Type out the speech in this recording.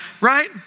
right